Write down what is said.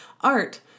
Art